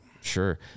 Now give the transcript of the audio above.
Sure